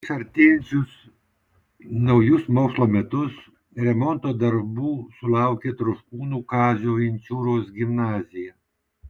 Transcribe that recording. prieš artėjančius naujus mokslo metus remonto darbų sulaukė troškūnų kazio inčiūros gimnazija